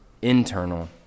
internal